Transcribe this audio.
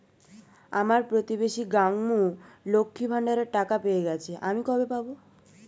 আমার প্রতিবেশী গাঙ্মু, লক্ষ্মীর ভান্ডারের টাকা পেয়ে গেছে, আমি কবে পাব?